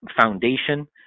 foundation